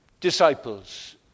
disciples